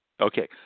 Okay